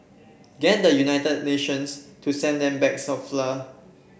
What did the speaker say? get the United Nations to send them bags of flour